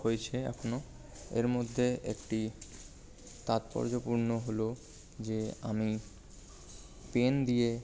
হয়েছে এখনো এর মধ্যে একটি তাৎপর্যপূর্ণ হলো যে আমি পেন দিয়ে